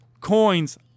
coins